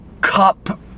cup